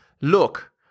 Look